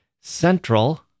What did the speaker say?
central